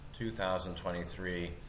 2023